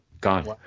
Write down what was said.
gone